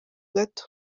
gato